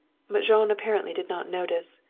but jean apparently did not notice.